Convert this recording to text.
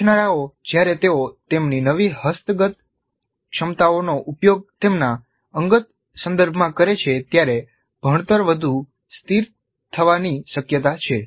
શીખનારાઓ જ્યારે તેઓ તેમની નવી હસ્તગત ક્ષમતાઓનો ઉપયોગ તેમના અંગત સંદર્ભમાં કરે છે ત્યારે ભણતર વધુ સ્થિર થવાની શક્યતા છે